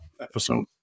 episode